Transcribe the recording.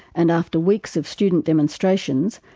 and after weeks of student demonstrations,